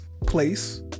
Place